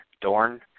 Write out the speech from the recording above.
Dorn